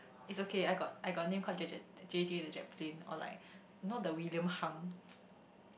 it's okay I got I got name called Jack Jack Jay Jay the Jet Plane or like you know the William-Hung